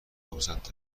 فرصت